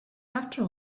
after